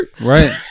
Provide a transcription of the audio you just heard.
Right